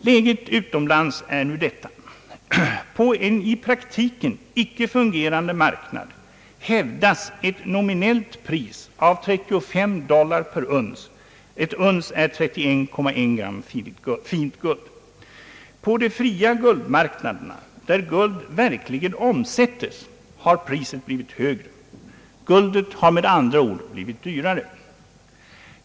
Läget utomlands är nu detta: På en i praktiken icke fungerande marknad hävdas ett nominellt pris av 35 dollar per uns . På de fria guldmarknaderna där guld verkligen omsättes har priset blivit högt. Guldet har med andra ord blivit dyrare.